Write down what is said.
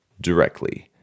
directly